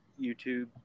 YouTube